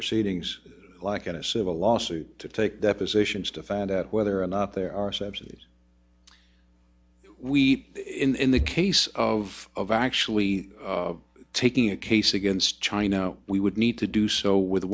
proceedings like a civil lawsuit to take depositions to find out whether or not there are subsidies we in the case of action we are taking a case against china we would need to do so with